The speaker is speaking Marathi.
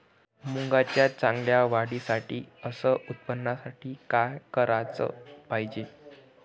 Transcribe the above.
मुंगाच्या चांगल्या वाढीसाठी अस उत्पन्नासाठी का कराच पायजे?